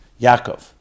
Yaakov